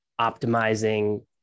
optimizing